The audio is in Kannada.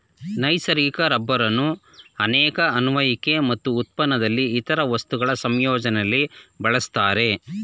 ನೈಸರ್ಗಿಕ ರಬ್ಬರನ್ನು ಅನೇಕ ಅನ್ವಯಿಕೆ ಮತ್ತು ಉತ್ಪನ್ನದಲ್ಲಿ ಇತರ ವಸ್ತುಗಳ ಸಂಯೋಜನೆಲಿ ಬಳಸ್ತಾರೆ